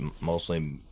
mostly